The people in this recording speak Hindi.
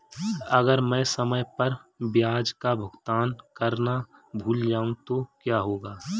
अगर मैं समय पर ब्याज का भुगतान करना भूल जाऊं तो क्या होगा?